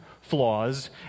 flaws